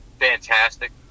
fantastic